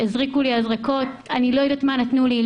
הזריקו לי זריקות אני לא יודעת מה נתנו לי,